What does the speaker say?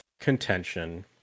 contention